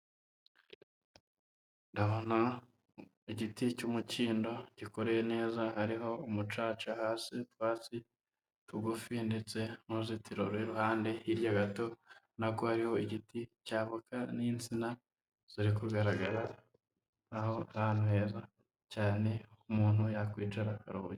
Ndabona igiti cy'umukindo gikoreye neza hariho umucaca hasi, utwatsi tugufi ndetse n'uruzitiro ruri iruhande. Hirya gato ubona ko hariho igiti cya voka n'insina ziri kugaragara aho ahantu heza cyane umuntu yakwicara akaruhuka.